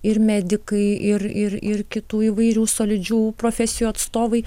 ir medikai ir ir ir kitų įvairių solidžių profesijų atstovai